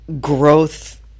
growth